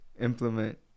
implement